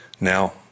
Now